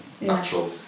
natural